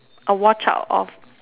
a watch out of